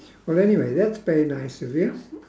well anyway that's very nice of you